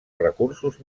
recursos